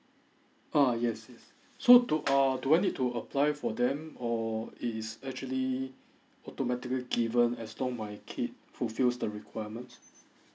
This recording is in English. ah yes yes so do uh do I need to apply for them or it is actually automatically given as long my kid fulfills the requirement